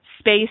space